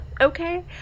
Okay